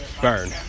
Burn